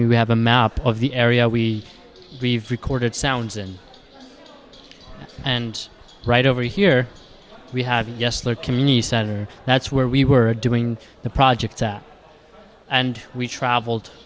me we have a map of the area we we've recorded sounds in and right over here we have yes the community center that's where we were doing the project and we traveled